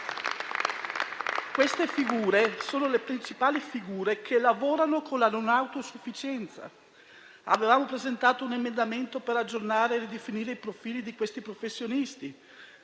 Queste sono le principali figure che lavorano con la non autosufficienza. Avevamo presentato un emendamento per aggiornare e definire i profili di questi professionisti,